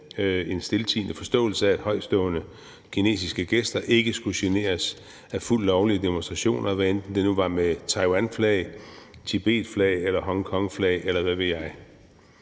en stiltiende forståelse af, at højtstående kinesiske gæster ikke skulle generes af fuldt lovlige demonstrationer, hvad enten det nu var med taiwanflag, tibetflag eller hongkongflag, eller hvad ved jeg.